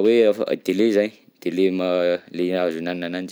hoe afa- délai zany, délai ma- le azo ihinanana ananjy.